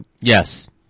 Yes